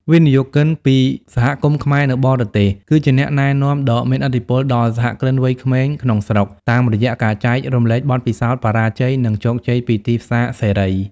វិនិយោគិនពី សហគមន៍ខ្មែរនៅបរទេស គឺជាអ្នកណែនាំ ដ៏មានឥទ្ធិពលដល់សហគ្រិនវ័យក្មេងក្នុងស្រុក តាមរយៈការចែករំលែកបទពិសោធន៍បរាជ័យ និងជោគជ័យពីទីផ្សារសេរី។